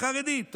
החרדית,